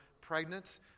pregnant